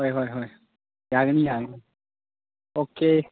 ꯍꯣꯏ ꯍꯣꯏ ꯍꯣꯏ ꯌꯥꯒꯅꯤ ꯌꯥꯒꯅꯤ ꯑꯣꯀꯦ